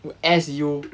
as you